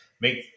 make